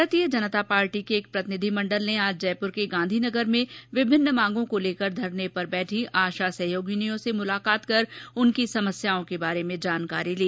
भाजपा के एक प्रतिनिधिमंण्डल ने आज जयपुर के गांधीनगर में विभिन्न मांगों को लेकर धरने पर बैठी आशा सहयोगिनियों से मुलाकात कर उनकी समस्याओं के बारे में जानकारी ली